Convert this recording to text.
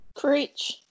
Preach